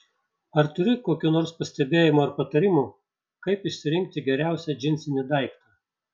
ar turi kokių nors pastebėjimų ar patarimų kaip išsirinkti geriausią džinsinį daiktą